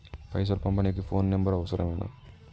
పైసలు పంపనీకి phone number అవసరమేనా?